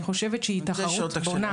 אני חושבת שהיא תחרות בונה.